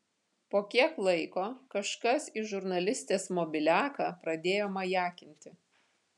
po kiek laiko kažkas į žurnalistės mobiliaką pradėjo majakinti